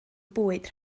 bwyd